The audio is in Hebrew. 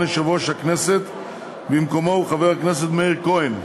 יושב-ראש הכנסת במקומו הוא חבר הכנסת מאיר כהן.